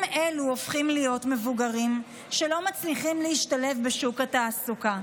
אלו הופכים להיות מבוגרים שלא מצליחים להשתלב בשוק התעסוקה,